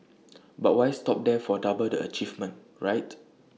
but why stop there for double the achievement right